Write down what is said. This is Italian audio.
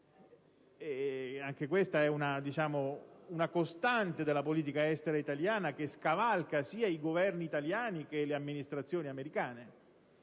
Anche questa è una costante della politica estera italiana che scavalca sia i Governi italiani che le Amministrazioni americane.